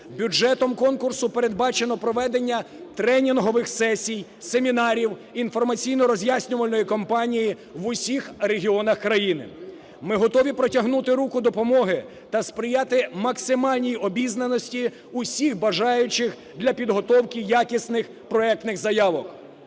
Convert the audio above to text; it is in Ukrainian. Бюджетом конкурсу передбачено проведення тренінгових сесій, семінарів, інформаційно-роз'яснювальної кампанії в усіх регіонах країни. Ми готові протягнути руку допомоги та сприяти максимальній обізнаності усіх бажаючих для підготовки якісних проектних заявок.